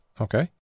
Okay